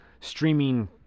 streaming